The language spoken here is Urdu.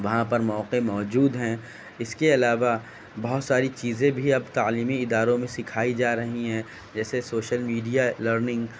وہاں پر موقعے موجود ہیں اس کے علاوہ بہت ساری چیزیں بھی اب تعلیمی اداروں میں سکھائی جا رہی ہیں جیسے سوشل میڈیا لرننگ